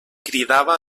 cridava